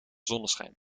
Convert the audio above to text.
zonneschijn